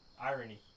Irony